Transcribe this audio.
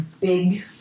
big